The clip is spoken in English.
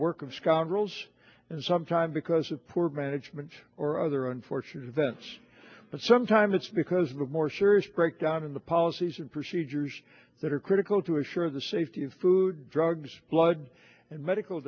of scott rules and sometimes because of poor management or other unfortunate events but sometimes it's because of a more serious breakdown in the policies and procedures that are critical to assure the safety of food drugs blood and medical